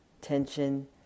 Tension